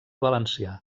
valencià